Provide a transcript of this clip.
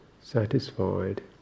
satisfied